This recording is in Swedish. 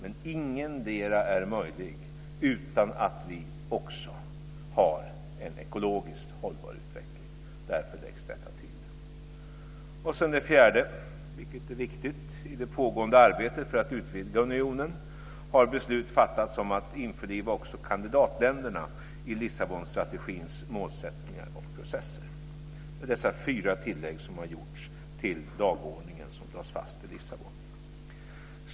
Men ingendera är möjlig utan att vi också har en ekologiskt hållbar utveckling. Därför läggs detta till. Det fjärde tillägget är viktigt i det pågående arbetet för att utvidga unionen. Beslut har fattats om att införliva också kandidatländerna i Lissabonstrategins målsättningar och processer. Det är dessa fyra tilläg som har gjorts till den dagordning som lades fast i Lissabon.